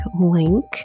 link